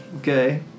Okay